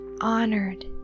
honored